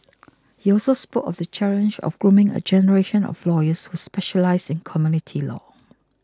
he also spoke of the challenge of grooming a generation of lawyers who specialise in community law